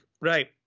Right